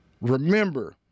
Remember